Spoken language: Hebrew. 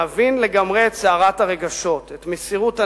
להבין לגמרי את סערת הרגשות, את מסירות הנפש,